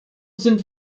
sind